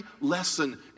lesson